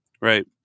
right